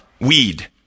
Weed